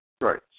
Right